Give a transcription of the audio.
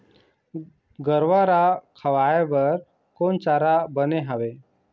गरवा रा खवाए बर कोन चारा बने हावे?